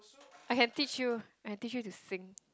I can teach you I can teach you to sing